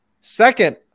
Second